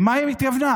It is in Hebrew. למה היא התכוונה?